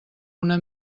una